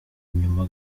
inyuma